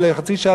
ולחצי שעה,